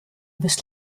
bis